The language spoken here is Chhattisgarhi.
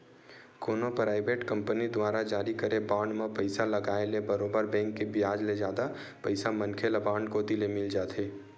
कोनो पराइबेट कंपनी दुवारा जारी करे बांड म पइसा लगाय ले बरोबर बेंक के बियाज ले जादा पइसा मनखे ल बांड कोती ले मिल जाथे